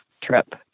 trip